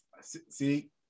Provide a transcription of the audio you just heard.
See